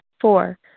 Four